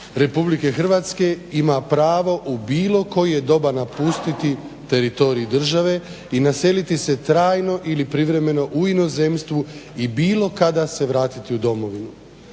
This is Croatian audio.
RH ima pravo u bilo koje doba napustiti teritorij države i naseliti se trajno ili privremeno u inozemstvu i bilo kada se vratiti u domovinu.